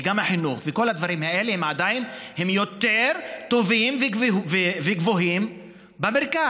וגם החינוך וכל הדברים האלה הם עדיין יותר טובים וגבוהים במכרז.